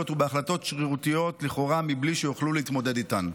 ובהחלטות שרירותיות לכאורה בלי שיוכלו להתמודד איתן.